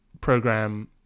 program